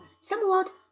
somewhat